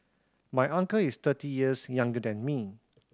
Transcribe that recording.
my uncle is thirty years younger than me